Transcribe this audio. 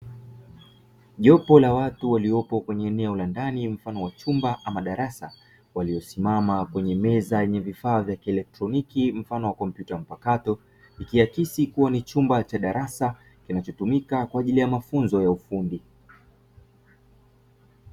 Jopo la watu waliopo kwenye eneo la ndani mfano wa chumba ama darasa, waliosimama kwenye meza yenye vifaa vya kielektroniki mfano wa kumpyuta mpakato, ikiakisi kuwa ni chumba cha darasa kinachotumika kwa ajili ya mafunzo ya ufundi.